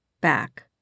back